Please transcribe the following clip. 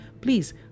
please